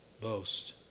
boast